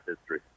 history